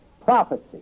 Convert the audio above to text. prophecy